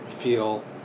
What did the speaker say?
feel